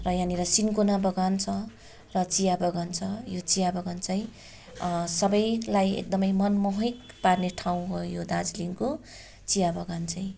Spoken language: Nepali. र यहाँनेर सिन्कोना बगान छ र चिया बगान छ यो चिया बगान चाहिँ सबैलाई एकदमै मनमोहक पार्ने ठाउँ हो यो दार्जिलिङको चिया बगान चाहिँ